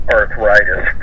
arthritis